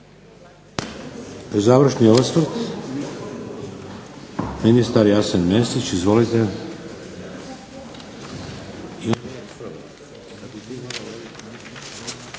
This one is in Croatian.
Završni osvrt, ministar Jasen Mesić. Izvolite.